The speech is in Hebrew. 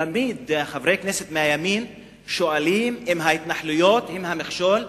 תמיד חברי כנסת מהימין שואלים: אם ההתנחלויות הן המכשול,